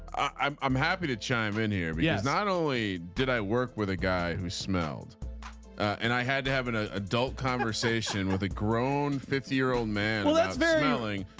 i'm i'm happy to chime in here. yes. not only did i work with a guy who smelled and i had to have an ah adult conversation with a grown fifty year old man. well that's very telling.